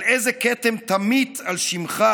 אבל איזה כתם תמיט על שמך,